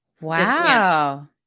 Wow